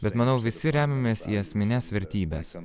bet manau visi remiamės į esmines vertybes